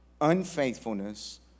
unfaithfulness